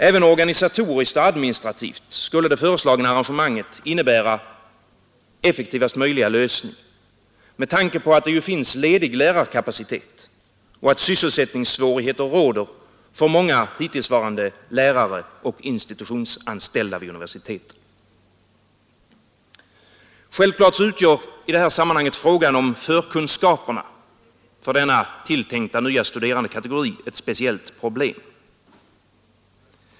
Även organisatoriskt och administrativt skulle det föreslagna arrangemanget innebära effektivaste möjliga lösning med tanke på att det ju finns ledig lärarkapacitet och att sysselsättningssvårigheter råder för många hittillsvarande lärare och institutionsanställda vid universiteten. Självfallet utgör frågan om förkunskaperna för denna tilltänkta nya studerandekategori ett speciellt problem.